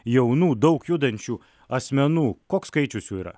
jaunų daug judančių asmenų koks skaičius jų yra